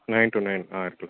nine to nine இருக்